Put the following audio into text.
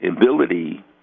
ability